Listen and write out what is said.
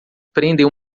prendem